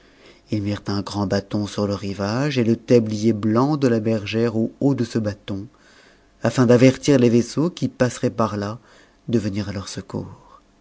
ils mirent un grand bâton sur le rivage et le tablier blanc de la bergère au haut de ce bâton afin d'avertir les vaisseaux qui passeraient par là de venir à leur secours